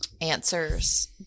answers